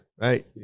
right